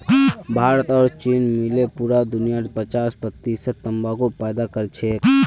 भारत और चीन मिले पूरा दुनियार पचास प्रतिशत तंबाकू पैदा करछेक